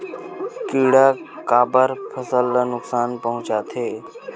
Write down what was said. किड़ा काबर फसल ल नुकसान पहुचाथे?